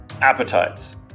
appetites